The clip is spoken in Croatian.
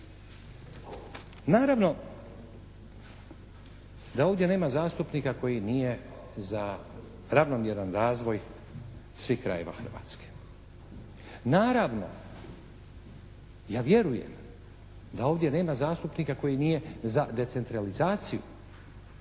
Naravno da ovdje nema zastupnika koji nije za ravnomjeran razvoj svih krajeva Hrvatske. Naravno, ja vjerujem da ovdje nema zastupnika koji nije za decentralizaciju